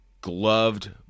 gloved